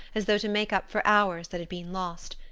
as though to make up for hours that had been lost.